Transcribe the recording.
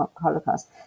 Holocaust